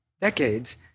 decades